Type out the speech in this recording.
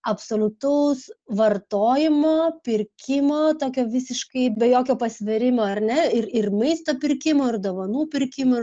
absoliutaus vartojimo pirkimo tokio visiškai be jokio pasvėrimo ar ne ir ir maisto pirkimo ir dovanų pirkimo